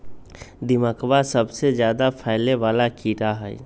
दीमकवा सबसे ज्यादा फैले वाला कीड़ा हई